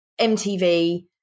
MTV